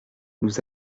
nous